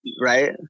Right